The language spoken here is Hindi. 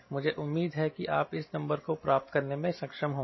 मुझे उम्मीद है कि आप इस नंबर को प्राप्त करने में सक्षम होंगे